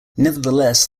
nevertheless